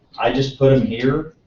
i just put them here.